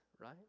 right